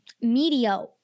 media